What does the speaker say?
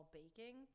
baking